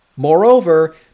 Moreover